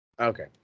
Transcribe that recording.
Okay